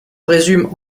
résume